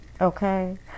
okay